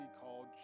called